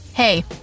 Hey